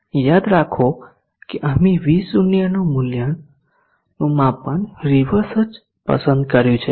યાદ રાખો કે અમે V0 નું માપન રીવર્સ જ પસંદ કર્યું છે